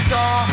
Saw